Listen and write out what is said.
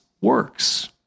works